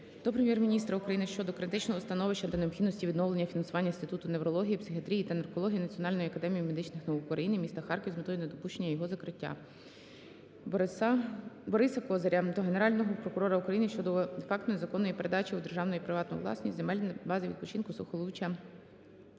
до Прем'єр-міністра України щодо критичного становища та необхідності відновлення фінансування Інституту неврології, психіатрії та наркології національної академії медичних наук України міста Харків з метою недопущення його закриття. Бориса Козиря до Генерального прокурора України щодо факту незаконної передачі з державної у приватну власність земель бази відпочинку "Сухолуччя"